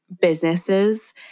businesses